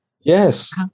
Yes